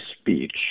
speech